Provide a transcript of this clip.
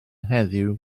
heddiw